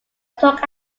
took